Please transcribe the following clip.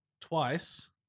twice